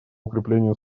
укреплению